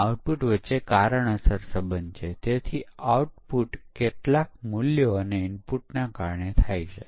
100 ટકા ભૂલો દૂર કરવાની એકમાત્ર રીત એ તમામ શક્ય પરીક્ષણ ઇનપુટ્સનો પ્રયાસ કરવાની છે